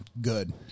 Good